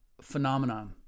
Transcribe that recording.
phenomenon